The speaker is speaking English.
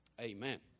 Amen